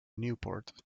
newport